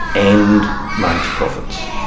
and makes profits.